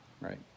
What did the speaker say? Right